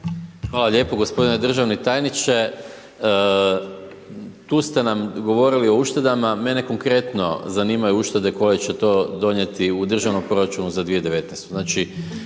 Hvala lijepo. Gospodine državni tajniče, tu ste nam govorili o uštedama, mene konkretno zanimaju uštede koje će to donijeti u državnom proračunu za 2019.-tu,